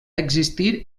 existir